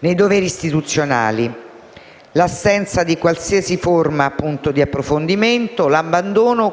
nei doveri istituzionali, nonché l'assenza di qualsiasi forma di approfondimento e l'abbandono